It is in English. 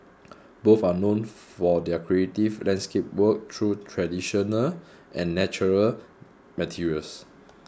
both are known for their creative landscape work through traditional and natural materials